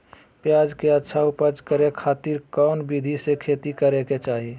प्याज के अच्छा उपज करे खातिर कौन विधि से खेती करे के चाही?